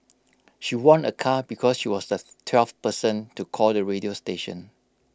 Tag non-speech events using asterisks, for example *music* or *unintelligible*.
she won A car because she was the *unintelligible* twelfth person to call the radio station